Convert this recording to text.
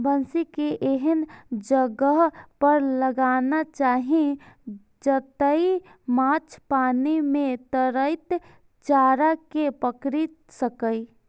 बंसी कें एहन जगह पर लगाना चाही, जतय माछ पानि मे तैरैत चारा कें पकड़ि सकय